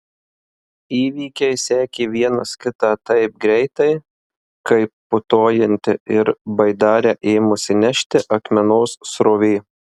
įvykiai sekė vienas kitą taip greitai kaip putojanti ir baidarę ėmusi nešti akmenos srovė